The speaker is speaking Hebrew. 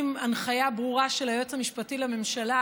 עם הנחיה ברורה של היועץ המשפטי לממשלה